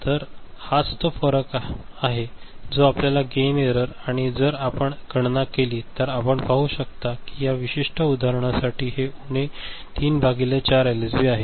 तर हाच तो फरक आहे जो आपल्याला गेन एरर आहे आणि जर आपण गणना केली तर आपण पाहू शकता की या विशिष्ट उदाहरणासाठी हे उणे 3 भागिले 4 एलएसबी आहे